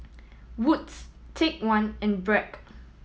Wood's Take One and Bragg